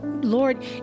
Lord